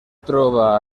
troba